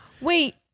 Wait